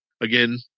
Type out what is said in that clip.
again